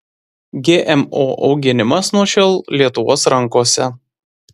gmo auginimas nuo šiol lietuvos rankose